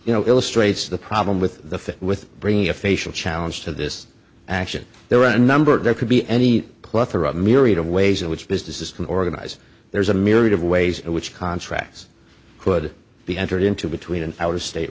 you know illustrates the problem with the fit with bringing a facial challenge to this action there are a number of there could be any cloth or a myriad of ways in which businesses can organize there's a myriad of ways in which contracts could be entered into between in our state